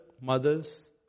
mothers